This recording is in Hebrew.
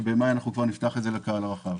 שבחודש מאי כבר נפתח את זה לקהל הרחב.